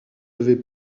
avez